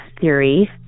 theory